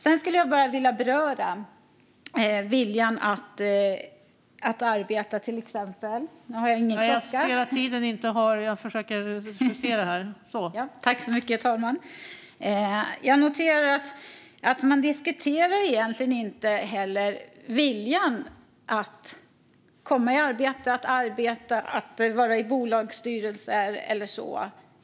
Jag skulle bara vilja beröra viljan att till exempel arbeta. Jag noterar att man egentligen inte diskuterar viljan att arbeta, att vara i bolagsstyrelser och sådant.